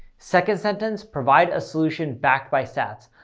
second sentence, provide a solution backd by stats.